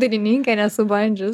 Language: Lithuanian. dainininke nesu bandžius